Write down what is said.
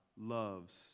loves